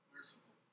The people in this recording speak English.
Merciful